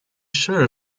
sure